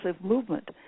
movement